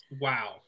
Wow